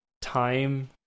time